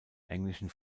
englischen